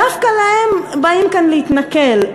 דווקא להם באים כאן להתנכל?